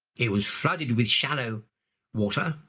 it was flooded with shallow water.